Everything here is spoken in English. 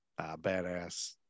badass